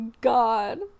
god